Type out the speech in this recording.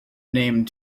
name